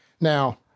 Now